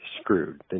screwed